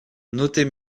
notez